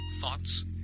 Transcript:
Thoughts